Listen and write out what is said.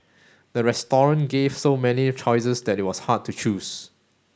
the restaurant gave so many choices that it was hard to choose